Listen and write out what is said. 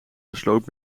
besloot